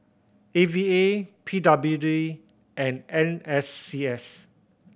A V A P W D and N S C S